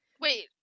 Wait